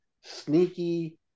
sneaky